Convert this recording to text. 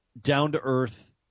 down-to-earth